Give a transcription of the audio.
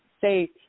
say